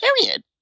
Period